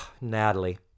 Natalie